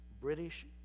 British